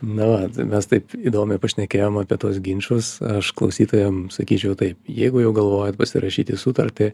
na mes taip įdomiai pašnekėjom apie tuos ginčus aš klausytojam sakyčiau taip jeigu jau galvojat pasirašyti sutartį